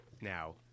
now